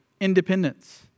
independence